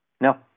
No